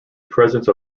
presence